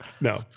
no